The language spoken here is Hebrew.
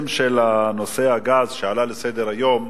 נושא הגז שעלה על סדר-היום.